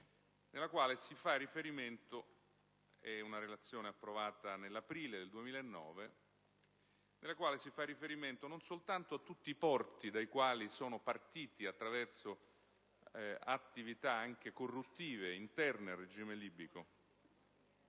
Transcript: della Repubblica ha approvato una relazione, nell'aprile del 2009, nella quale si fa riferimento non soltanto a tutti i porti dai quali sono partiti, attraverso attività anche corruttive interne al regime libico,